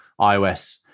iOS